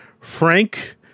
Frank